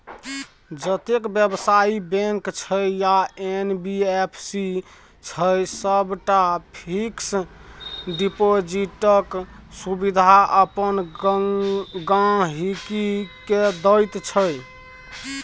जतेक बेबसायी बैंक छै या एन.बी.एफ.सी छै सबटा फिक्स डिपोजिटक सुविधा अपन गांहिकी केँ दैत छै